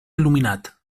il·luminat